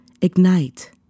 ignite